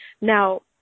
Now